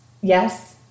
Yes